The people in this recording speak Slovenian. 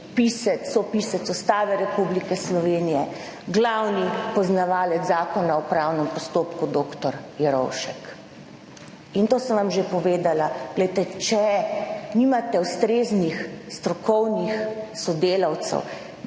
sopisec Ustave Republike Slovenije, glavni poznavalec Zakona o upravnem postopku, dr. Jerovšek. In to sem vam že povedala., glejte, če nimate ustreznih strokovnih sodelavcev,